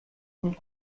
und